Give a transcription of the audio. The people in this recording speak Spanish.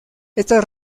estas